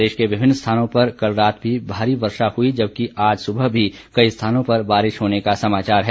प्रदेश के विभिन्न स्थानों पर कल रात भी भारी वर्षा हुई जबकि आज सुबह भी कई स्थानों बारिश होने के समाचार है